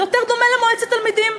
זה יותר דומה למועצת תלמידים.